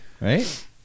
right